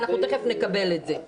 תכף נקבל את זה.